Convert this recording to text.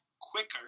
quicker